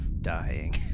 dying